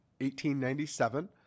1897